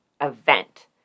event